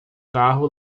carro